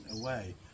away